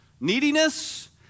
neediness